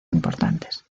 importantes